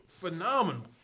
Phenomenal